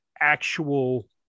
actual